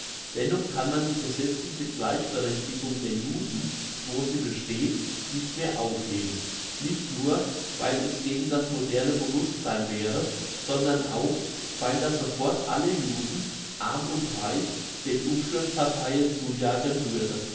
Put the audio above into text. dennoch kann man die gesetzliche gleichberechtigung der juden wo sie besteht nicht mehr aufheben nicht nur weil es gegen das moderne bewusstsein wäre sondern auch weil das sofort alle juden arm und reich den umsturzparteien zujagen würde